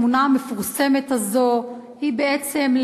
התמונה המפורסמת הזאת היא בעצם,